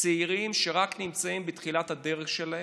צעירים שנמצאים רק בתחילת הדרך שלהם.